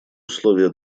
условие